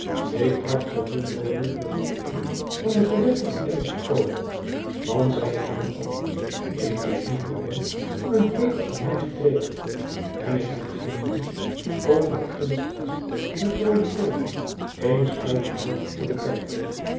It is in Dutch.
ik tracht zoo min mogelijk met de heeren van den gerechte in kennis te komen want zij hebben allen ik weet niet woârom een hekel aan mij gekregen en ik heb geen lust om dat gindsche veld met roojekool eens uit de hoogte te bekijken